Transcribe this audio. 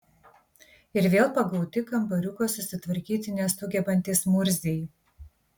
ir vėl pagauti kambariuko susitvarkyti nesugebantys murziai